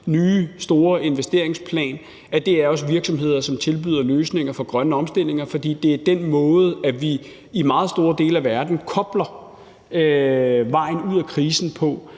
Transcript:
nye, store investeringsplan, jo også er virksomheder, som tilbyder løsninger for grønne omstillinger, fordi det er den måde, vi i meget store dele af verden kobler vejen ud af krisen